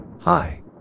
Hi